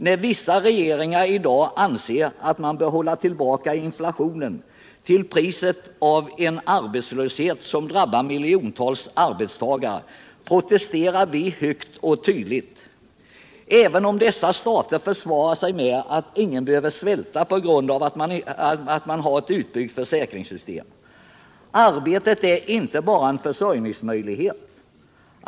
När vissa regeringar i dag anser att man bör hålla tillbaka inflationen till priset av en arbetslöshet som drabbar miljontals arbetstagare, protesterar vi högt och ljudligt, även om dessa stater försvarar sig med att ingen behöver svälta på grund av att det finns ett utbyggt försäkringssystem. Men arbetet är inte bara en försörjningsmöjlighet.